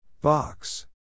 Box